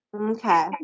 Okay